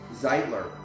Zeitler